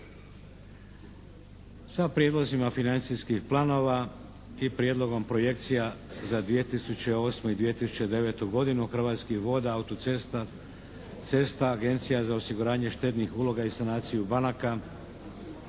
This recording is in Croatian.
Sa prijedlozima financijskih planova i prijedlogom projekcija za 2008. i 2009. godinu Hrvatskih voda, autocesta, cesta, Agencije za osiguranje štednih uloga i sanaciju banaka,